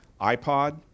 ipod